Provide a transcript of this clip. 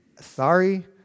sorry